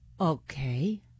Okay